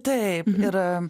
taip ir